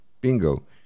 Bingo